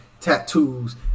tattoos